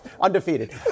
Undefeated